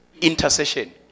intercession